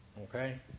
Okay